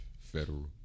Federal